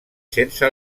sense